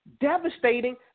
devastating